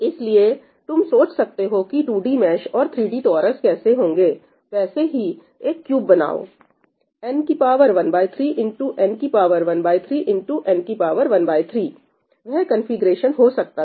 इसलिए तुम सोच सकते हो की 2D मैश और 3D टोरस कैसे होंगे वैसे ही एक क्यूब बनाओn13 x n13 x n13 वह कंफीग्रेशन हो सकता था